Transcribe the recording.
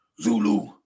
Zulu